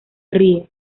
ríe